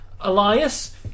Elias